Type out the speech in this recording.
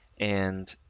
and